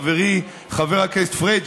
חברי חבר הכנסת פריג',